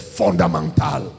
fundamental